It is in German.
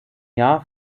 jahr